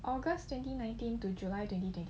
august twenty nineteen to july twenty twenty